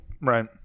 Right